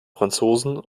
franzosen